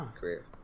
Career